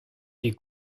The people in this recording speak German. die